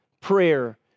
prayer